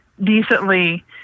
decently